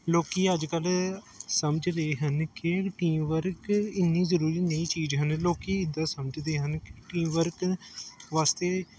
ਲੋਕ ਅੱਜ ਕੱਲ੍ਹ ਸਮਝ ਰਹੇ ਹਨ ਕਿ ਟੀਮ ਵਰਕ ਇੰਨੀ ਜ਼ਰੂਰੀ ਨਹੀਂ ਚੀਜ਼ ਹਨ ਲੋਕ ਤਾਂ ਸਮਝਦੇ ਹਨ ਕਿ ਟੀਮ ਵਰਕ ਵਾਸਤੇ